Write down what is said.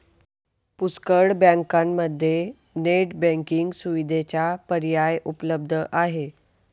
पुष्कळ बँकांमध्ये net banking सुविधेचा पर्याय उपलब्ध आहे